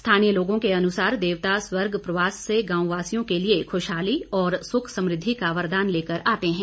स्थानीय लोगों के अनुसार देवता स्वर्ग प्रवास से गांववासियों के लिए खुशहाली और सुख समृद्धि का वरदान लेकर आते हैं